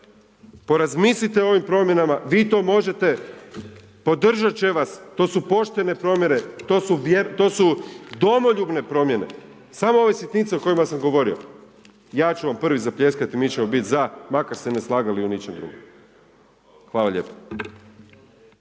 Porazmislite o ovim promjenama, vi to možete, podržat će vas, to su poštene promjene, to su domoljubne promjene. Samo ove sitnice o kojima sam govorio, ja ću vam prvi zapljeskat i mi ćemo biti za makar se ne slagali u ničemu drugom. Hvala lijepa.